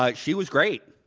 like she was great.